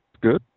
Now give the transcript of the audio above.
Good